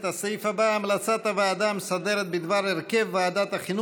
הסעיף הבא: המלצת הוועדה המסדרת בדבר הרכב ועדת החינוך,